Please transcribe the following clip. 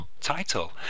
title